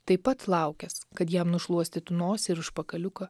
taip pat laukęs kad jam nušluostytų nosį ir užpakaliuką